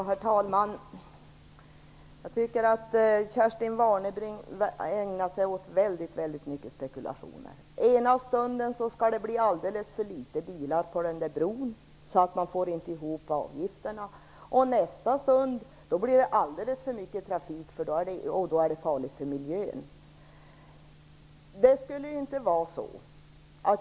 Herr talman! Jag tycker att Kerstin Warnerbring ägnar sig åt väldigt mycket spekulationer. Ena stunden skall det bli alldeles för litet bilar på den där bron så att man inte får ihop avgifterna, och nästa stund är det alldeles för mycket trafik, och då är det farligt för miljön.